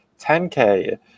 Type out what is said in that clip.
10K